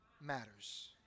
matters